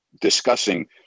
discussing